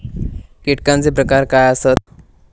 कीटकांचे प्रकार काय आसत?